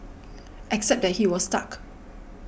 except that he was stuck